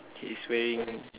he is wearing